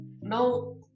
Now